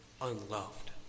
unloved